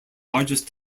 largest